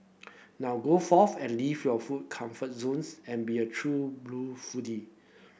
now go forth and leave your food comfort zones and be a true blue foodie